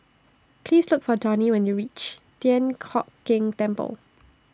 Please Look For Donny when YOU REACH Thian Hock Keng Temple